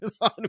on